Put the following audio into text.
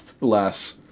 less